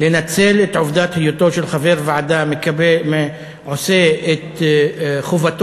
לנצל את העובדה שחבר ועדה עושה את חובתו